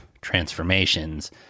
transformations